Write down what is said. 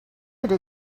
could